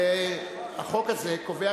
והחוק הזה קובע,